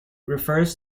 refers